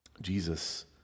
Jesus